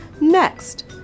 Next